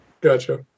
Gotcha